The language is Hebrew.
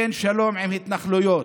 אין שלום עם התנחלויות.